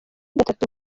gatatu